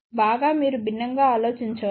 బాగా మీరు భిన్నంగా ఆలోచించవచ్చు